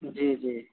جی جی